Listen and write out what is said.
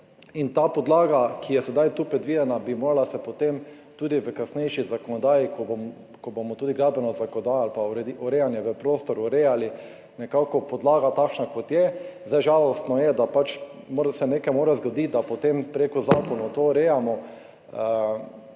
Ta podlaga, ki je sedaj tu predvidena, bi morala potem tudi v kasnejši zakonodaji, ko bomo tudi gradbeno zakonodajo ali pa urejanje v prostoru urejali, biti nekako podlaga, takšna, kot je. Žalostno je, da se mora nekaj zgoditi, da potem prek zakonov to urejamo.